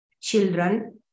children